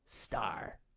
star